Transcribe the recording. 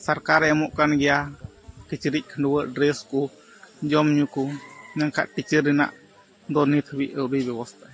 ᱥᱚᱨᱠᱟᱨᱮ ᱮᱢᱚᱜ ᱠᱟᱱᱜᱮᱭᱟ ᱠᱤᱪᱨᱤᱡ ᱠᱷᱟᱺᱰᱩᱣᱟᱹᱜ ᱰᱨᱮᱥ ᱠᱚ ᱡᱚᱢᱼᱧᱩ ᱠᱚ ᱢᱮᱱᱠᱷᱟᱱ ᱴᱤᱪᱟᱨ ᱨᱮᱱᱟᱜ ᱫᱚ ᱱᱤᱛ ᱦᱟᱹᱵᱤᱡ ᱟᱹᱣᱨᱤᱭ ᱵᱮᱵᱚᱥᱛᱷᱟᱭᱟ